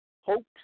hopes